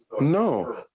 No